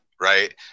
right